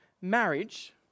Marriage